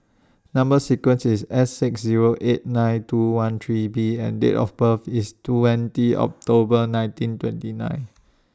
Number sequence IS S six Zero eight nine two one three B and Date of birth IS twenty October nineteen twenty nine